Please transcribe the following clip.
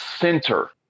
center